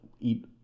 eat